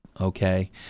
okay